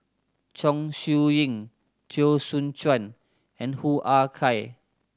Chong Siew Ying Teo Soon Chuan and Hoo Ah Kay